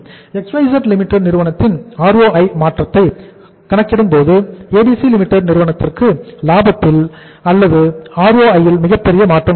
XYZ Limited நிறுவனத்தின் ROI மாற்றத்தை ஒப்பிடும்போது ABC Limited நிறுவனத்திற்கு லாபத்தில் அல்லது ROI ல் மிகப்பெரிய மாற்றம் இருக்கும்